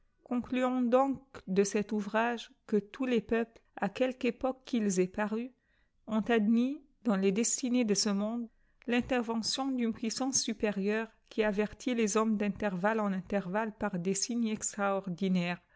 concluons donc de cet ouvrage que tous les peuples à quelqu'époque qu'ils aient paru ont admis dans les destinées de ce monde l'intervention d'unp puissance supérieure qui avertit les hommes d'intervalle en intervalle par des signes extraordinaires